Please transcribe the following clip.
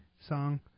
song